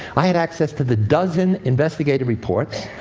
i had access to the dozen investigative reports.